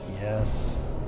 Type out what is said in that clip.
Yes